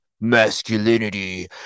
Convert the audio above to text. masculinity